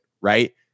right